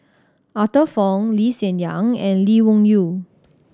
Arthur Fong Lee Hsien Yang and Lee Wung Yew